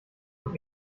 man